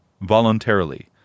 voluntarily